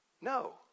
No